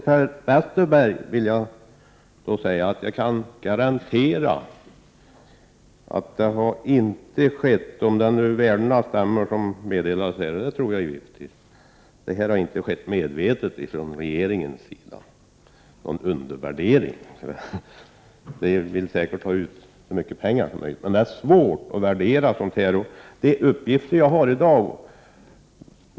Fru talman! Jag kan garantera Per Westerberg att det inte medvetet har skett någon undervärdering från regeringens sida — om de siffror som har meddelats stämmer. Regeringen vill säkert ha ut så mycket pengar som möjligt, men det är svårt att göra sådana här värderingar.